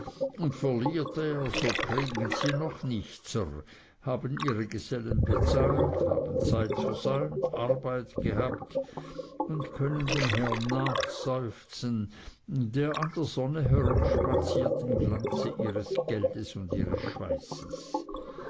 und verliert er so kriegen sie noch nichtser haben ihre gesellen bezahlt haben zeit versäumt arbeit gehabt und können dem herrn nachseufzen der an der sonne herumspaziert im glanze ihres geldes und ihres schweißes